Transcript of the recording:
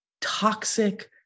toxic